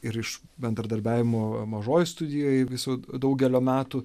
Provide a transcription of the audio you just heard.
ir iš bendradarbiavimo mažoje studijoje visų daugelio metų